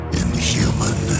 inhuman